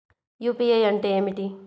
UPI అంటే ఏమిటి?